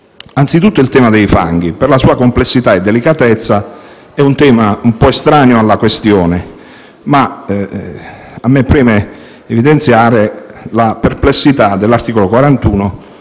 Anzitutto, il tema dei fanghi, per la sua complessità e delicatezza, è un po’ estraneo alla questione e mi preme evidenziare una perplessità sull’articolo 41